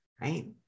right